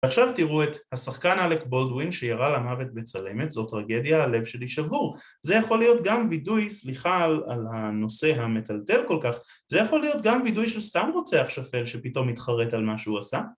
עכשיו תראו את השחקן אלק בולדווין שירה למוות בצלמת, זאת טרגדיה, הלב שלי שבור. זה יכול להיות גם וידוי, סליחה על הנושא המטלטל כל כך, זה יכול להיות גם וידוי של סתם רוצח שפל שפתאום מתחרט על מה שהוא עשה.